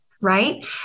right